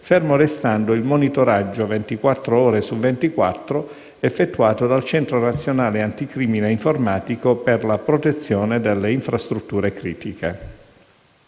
fermo restando il monitoraggio ventiquattro ore su ventiquattro effettuato dal Centro nazionale anticrimine informatico per la protezione delle infrastrutture critiche.